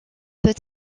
peut